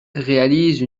réalise